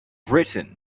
written